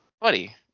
Buddy